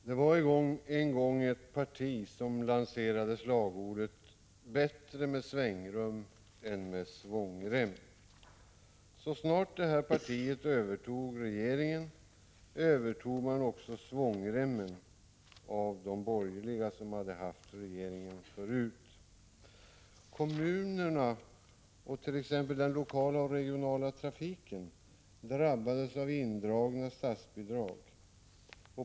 Herr talman! Det var en gång ett parti som lanserade följande slagord: Bättre med svängrum än med svångrem. Så snart detta parti övertog regeringsmakten övertog det också svångremmen av de borgerliga som tidigare hade haft regeringsansvaret. Kommunerna och t.ex. den lokala och regionala trafiken drabbades av indragna statsbidrag.